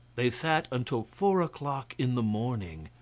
they sat until four o'clock in the morning.